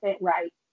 right